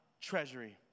treasury